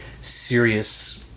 serious